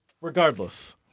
regardless